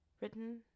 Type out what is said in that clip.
written